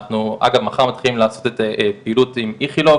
אנחנו מחר מתחילים לעשות פעילות עם איכילוב,